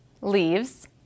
leaves